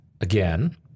again